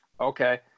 okay